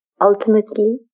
ultimately